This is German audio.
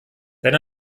denn